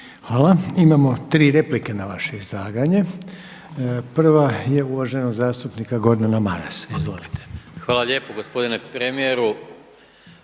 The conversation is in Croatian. Hvala. Imamo tri replike na vaše izlaganje. Prva je uvaženog zastupnika Gordana Marasa. Izvolite. **Maras, Gordan (SDP)**